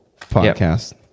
podcast